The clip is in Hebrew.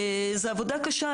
זו עבודה קשה,